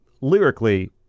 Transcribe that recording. lyrically